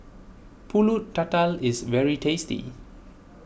Pulut Tatal is very tasty